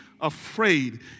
afraid